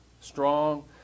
strong